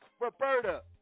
Roberta